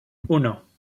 uno